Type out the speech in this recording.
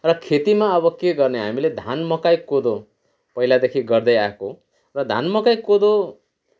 र खेतीमा अब के गर्ने हामीले धान मकै कोदो पहिलादेखि गर्दै आएको र धान मकै कोदो